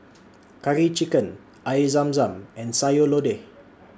Curry Chicken Air Zam Zam and Sayur Lodeh